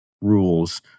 rules